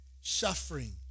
suffering